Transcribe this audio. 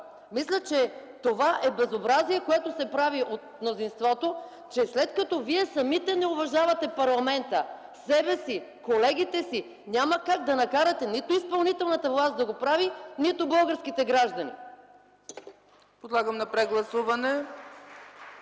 Мисля, че това, което се прави от мнозинството, е безобразие; че, след като вие самите не уважавате парламента, себе си, колегите си, няма как да накарате нито изпълнителната власт да го прави, нито българските граждани!